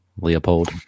leopold